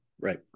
right